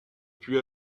put